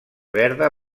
verda